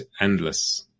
endless